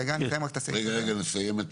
רגע, נסיים את